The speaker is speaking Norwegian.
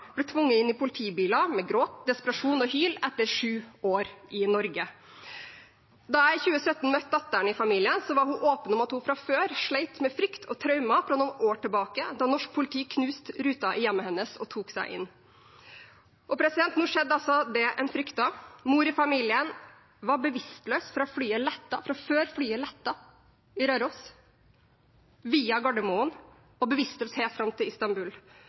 ble med gråt, desperasjon og hyl tvunget inn i politibiler etter sju år i Norge. Da jeg i 2017 møtte datteren i familien, var hun åpen om at hun fra før slet med frykt og traumer fra noen år tilbake i tid, da norsk politi knuste ruten i hjemmet hennes og tok seg inn. Og nå skjedde altså det en fryktet. Mor i familien var bevisstløs fra før flyet lettet på Røros, og videre via Gardermoen og helt fram til Istanbul.